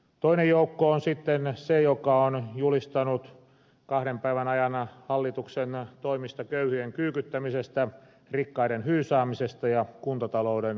toinen joukko on sitten se joka on julistanut kahden päivän ajan hallituksen toimista köyhien kyykyttämisestä rikkaiden hyysäämisestä ja kuntatalouden romuttamisesta